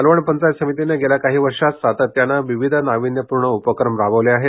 मालवण पंचायत समितीने गेल्या काही वर्षात सातत्याने विविध नाविन्यपूर्ण उपक्रम राबवले आहेत